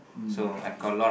mm okay okay